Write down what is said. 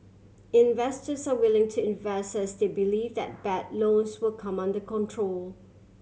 investors are willing to invest as they believe that bad loans will come under control